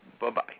Bye-bye